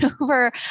over